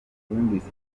wumvise